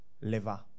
liver